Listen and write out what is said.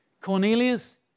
Cornelius